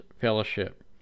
fellowship